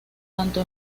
tanto